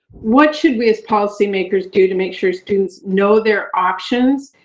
what should we as policy makers do to make sure students know their options,